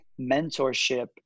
mentorship